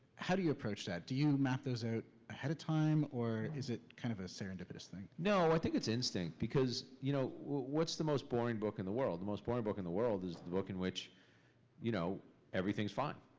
how do you approach that? do you map those out ahead of time, or is it kind of a serendipitous thing? no, i think it's instinct, because you know what's the most boring book in the world? the most boring book in the world is the book in which you know everything's fine.